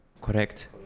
Correct